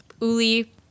Uli